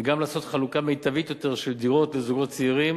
וגם לעשות חלוקה מיטבית יותר של דירות לזוגות צעירים,